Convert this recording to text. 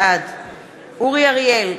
בעד אורי אריאל,